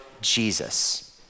Jesus